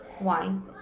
wine